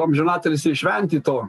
amžinatilsį šventyto